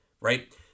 right